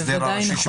ביניהם.